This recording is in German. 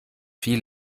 viel